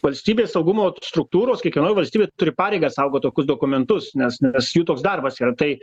valstybės saugumo struktūros kiekviena valstybė turi pareigą saugot tokius dokumentus nes nes jų toks darbas yra tai